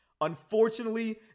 Unfortunately